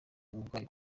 uburwayi